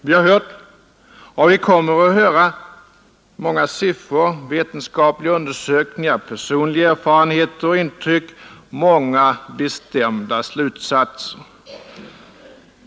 Vi har fått ta del av och vi kommer att få ta del av många siffror, vetenskapliga undersökningar, personliga erfarenheter och intryck, många bestämda slutsatser.